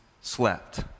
slept